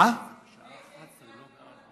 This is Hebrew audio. לפני זה יהיה חוק פיזור הכנסת.